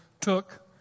took